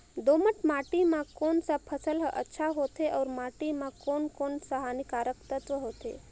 दोमट माटी मां कोन सा फसल ह अच्छा होथे अउर माटी म कोन कोन स हानिकारक तत्व होथे?